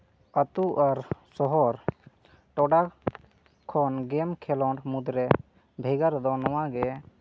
ᱟᱹᱛᱳ ᱟᱨ ᱥᱚᱦᱚᱨ ᱴᱚᱴᱷᱟ ᱠᱷᱚᱱ ᱜᱮᱹᱢ ᱠᱷᱮᱸᱞᱳᱰ ᱢᱩᱫᱽ ᱨᱮ ᱵᱷᱮᱜᱟᱨ ᱫᱚ ᱱᱚᱣᱟ ᱜᱮ